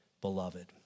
beloved